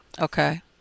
Okay